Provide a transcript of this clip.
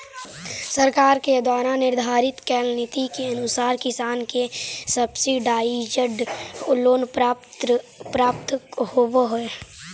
सरकार के द्वारा निर्धारित कैल नीति के अनुसार किसान के सब्सिडाइज्ड लोन प्राप्त होवऽ हइ